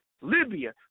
Libya